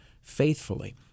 faithfully